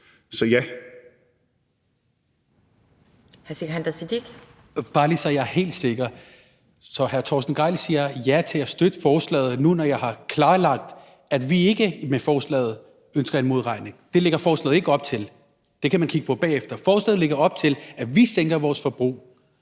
Sikandar Siddique (UFG): Bare for at være helt sikker: Siger hr. Torsten Gejl ja til at støtte forslaget nu, hvor jeg har klarlagt, at vi ikke med forslaget ønsker en modregning? Det lægger forslaget ikke op til – det kan man kigge på bagefter. Forslaget lægger op til, at vi sænker vores forbrug.